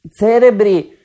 cerebri